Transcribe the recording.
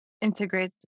integrate